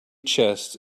chests